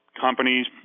companies